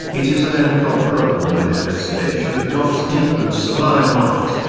it is an incomparable manifestation of god's deep and sublime art.